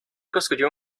construyó